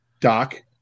Doc